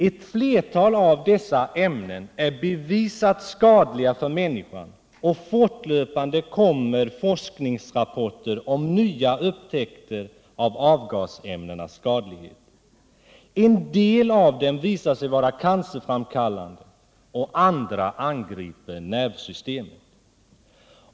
Ett flertal av dessa ämnen är bevisat skadliga för människan, och fortlöpande kommer forskningsrapporter om nya upptäckter av avgasämnenas skadlighet. En del av dem visar sig vara cancerframkallande och andra angriper nervsystemet.